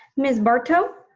ms. barto?